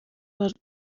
rwacu